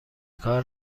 کار